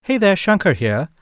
hey there, shankar here.